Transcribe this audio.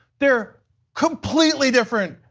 they are completely different.